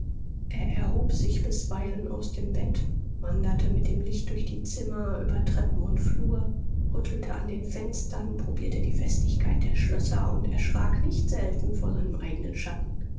er erhob sich bisweilen aus dem bett wanderte mit dem licht durch die zimmer über treppen und flur rüttelte an den fenstern probierte die festigkeit der schlösser und erschrak nicht selten vor seinem eignen schatten